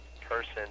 person